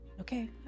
Okay